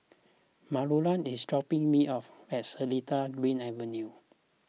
Manuela is dropping me off at Seletar Green Avenue